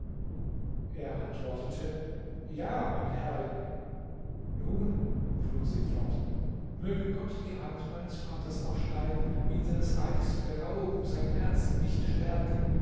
er antwortete ja meine herrin nun fuhr sie fort möge gott die hand meines vaters abschneiden ihn seines reichs berauben sein herz nicht stärken